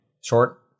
Short